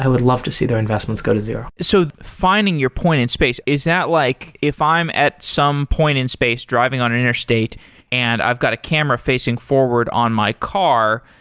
love to see their investments go to zero so finding your point in space, is that like if i'm at some point in space driving on an interstate and i've got a camera facing forward on my car,